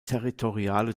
territoriale